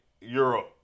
Europe